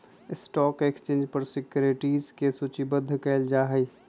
stock exchange पर securities के सूचीबद्ध कयल जाहइ